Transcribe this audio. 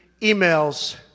emails